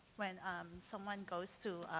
when um someone goes to